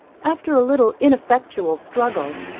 after a little ineffectual struggle,